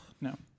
No